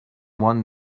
one